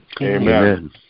amen